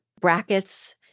brackets